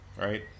right